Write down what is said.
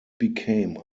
became